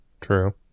True